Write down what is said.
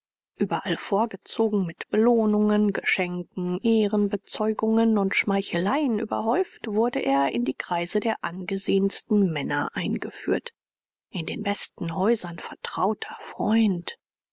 überall vorgezogen mit belohnungen geschenken ehrenbezeugungen und schmeicheleien überhäuft wurde er in die kreise der angesehensten männer eingeführt in den besten häusern vertrauter freund